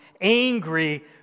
angry